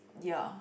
ya